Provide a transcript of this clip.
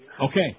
Okay